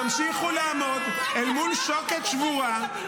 -- ימשיכו לעמוד אל מול שוקת שבורה,